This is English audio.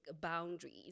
boundaries